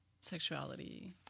sexuality